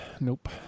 Nope